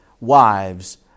wives